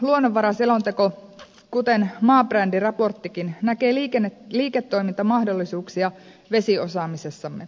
luonnonvaraselonteko kuten maabrändiraporttikin näkee liiketoimintamahdollisuuksia vesiosaamisessamme